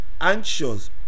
anxious